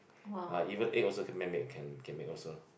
ah even egg also can man made can can make also